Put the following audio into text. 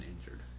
injured